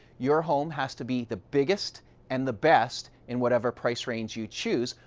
your home has to be the biggest and the best in whatever price range you choose.